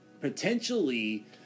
potentially